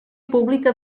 pública